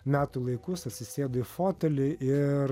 metų laikus atsisėdu į fotelį ir